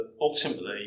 ultimately